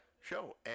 show